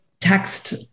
text